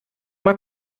mal